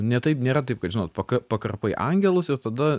ne taip nėra taip kad žinot paka pakarpai angelus ir tada